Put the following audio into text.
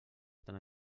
tan